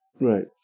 Right